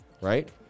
Right